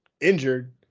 injured